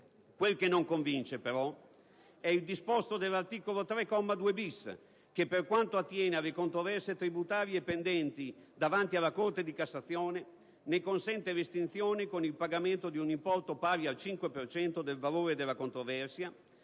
Quel che non convince, però, è il disposto dell'articolo 3, comma 2-*bis*, che, per quanto attiene alle controversie tributarie pendenti davanti alla Corte di cassazione, ne consente l'estinzione con il pagamento di un importo pari al 5 per cento del valore della controversia